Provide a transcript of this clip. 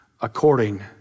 according